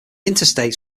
interstates